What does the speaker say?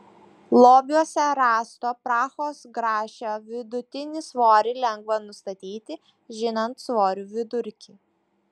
lobiuose rasto prahos grašio vidutinį svorį lengva nustatyti žinant svorių vidurkį